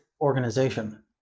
organization